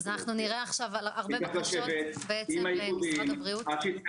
נצטרך